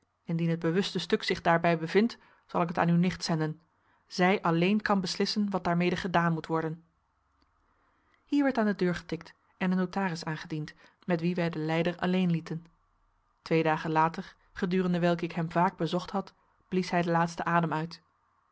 indien het bewuste stuk zich daarbij bevindt zal ik het aan uw nicht zenden zij alleen kan beslissen wat daarmede gedaan moet worden hier werd aan de deur getikt en de notaris aangediend met wien wij den lijder alleen lieten twee dagen later gedurende welke ik hem vaak bezocht had blies hij den laatsten adem uit